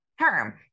term